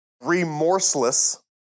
Remorseless